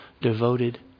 devoted